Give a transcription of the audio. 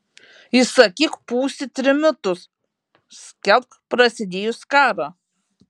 įsakyk pūsti trimitus skelbk prasidėjus karą